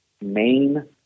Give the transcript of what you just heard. main